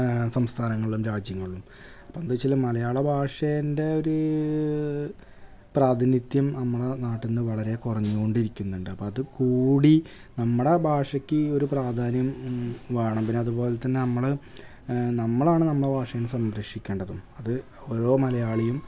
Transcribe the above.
സംസ്ഥാനങ്ങളിലും രാജ്യങ്ങളിലും അപ്പം എന്താ വെച്ചാൽ മലയാളഭാഷേൻ്റെ ഒരു പ്രാതിനിധ്യം നമ്മുടെ നാട്ടീൽ നിന്നു വളരെ കുറഞ്ഞു കൊണ്ടിരിക്കുന്നുണ്ട് അപ്പം അതും കൂടി നമ്മുടെ ഭാഷക്ക് ഒരു പ്രാധാന്യം വേണം പിന്നതുപോലെ തന്നെ നമ്മൾ നമ്മളാണ് നമ്മളുടെ ഭാഷയെ സംരക്ഷിക്കേണ്ടതും അത് ഓരോ മലയാളിയും